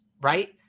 right